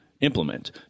implement